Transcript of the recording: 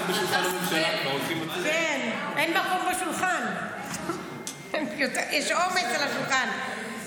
--- כן, אין מקום בשולחן, יש עומס על השולחן.